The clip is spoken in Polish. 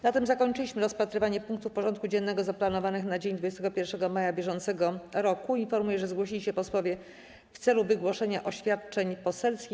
Na tym zakończyliśmy rozpatrywanie punktów porządku dziennego zaplanowanych na dzień 21 maja br. Informuję, że zgłosili się posłowie w celu wygłoszenia oświadczeń poselskich.